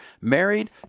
married